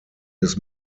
his